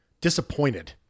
disappointed